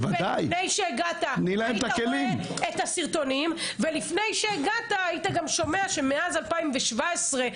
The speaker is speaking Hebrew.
לפני שהגעת היית רואה את הסרטונים ושומע שמאז 2017,